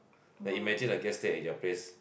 like imagine the guest stay at your place